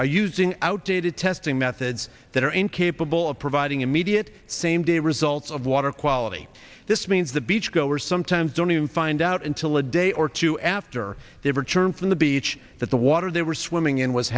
are using outdated testing methods that are incapable of providing immediate same day results of water quality this means the beach goers sometimes don't even find out until a day or two after their return from the beach that the water they were swimming in was